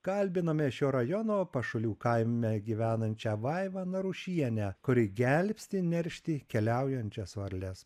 kalbinome šio rajono pašalių kaime gyvenančią vaivą narušienę kuri gelbsti neršti keliaujančias varles